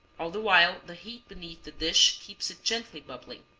all the while the heat beneath the dish keeps it gently bubbling.